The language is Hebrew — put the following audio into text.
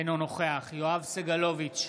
אינו נוכח יואב סגלוביץ'